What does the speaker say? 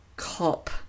cop